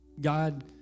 God